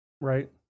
Right